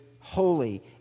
holy